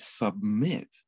submit